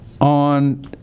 on